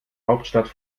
hauptstadt